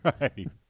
Right